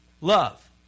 love